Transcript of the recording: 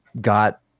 got